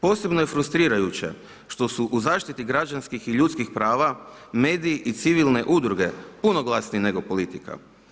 Posebno je frustrirajuće što su u zaštiti građanskih i ljudskih prava mediji i civilne udruge puno glasniji nego politika.